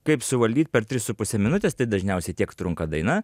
kaip suvaldyt per tris su puse minutės tai dažniausiai tiek trunka daina